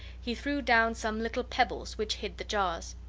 he threw down some little pebbles which hit the jars.